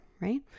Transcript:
right